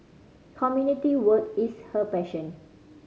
community work is her passion